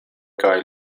kaj